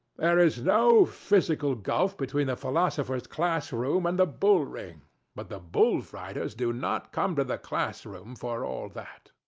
there is no physical gulf between the philosopher's class room and the bull ring but the bull fighters do not come to the class room for all that.